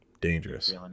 dangerous